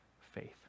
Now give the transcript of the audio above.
faith